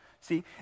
See